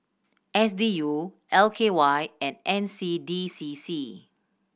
S D U L K Y and N C D C C